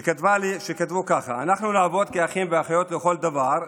כתבו כך: אנחנו נעבוד כאחים ואחיות לכל דבר,